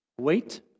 Wait